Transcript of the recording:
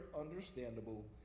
understandable